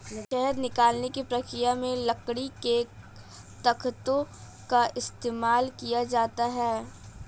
शहद निकालने की प्रक्रिया में लकड़ी के तख्तों का इस्तेमाल किया जाता है